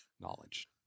knowledge